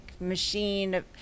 machine